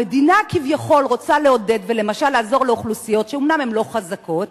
המדינה כביכול רוצה לעודד ולמשל לעזור לאוכלוסיות שאומנם הן לא חזקות,